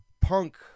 punk